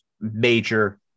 major